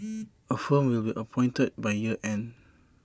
A firm will be appointed by year end